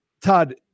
Todd